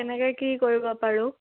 কেনেকৈ কি কৰিব পাৰোঁ